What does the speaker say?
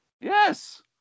Yes